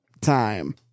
time